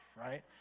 right